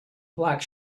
black